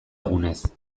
egunez